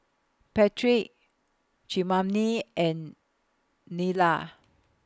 Patric Tremaine and Nyla